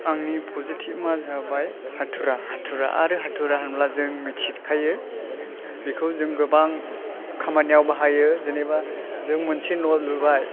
आंनि पजेटिबा जाबाय हाथुरा हाथुरा आरो हाथुरा होनब्ला जों मिथिखायो बिखौ जों गोबां खामानियाव बाहायो जेनोबा जों मोनसे न' लुबाय